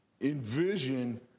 envision